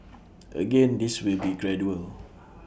again this will be gradual